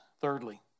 Thirdly